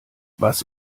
was